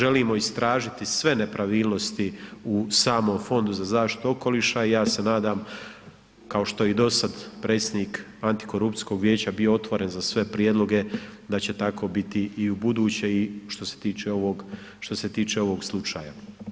Želimo istražiti sve nepravilnosti u samom Fondu za zaštitu okoliša i ja se nadam kao što je i dosad predsjednik Antikorupcijskog vijeća bio otvoren za sve prijedloge da će tako biti i ubuduće i što se tiče ovog slučaja.